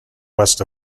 west